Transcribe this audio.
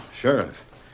Sheriff